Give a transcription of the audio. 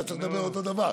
אתה צריך לדבר אותו דבר,